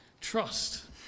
trust